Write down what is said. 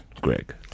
Greg